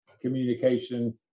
communication